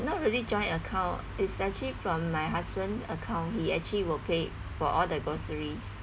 not really joint account it's actually from my husband account he actually will pay for all the groceries